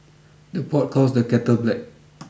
the pot calls the kettle black